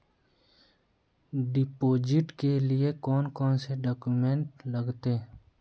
Deposit के लिए कौन कौन से डॉक्यूमेंट लगते?